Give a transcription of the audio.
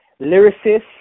lyricist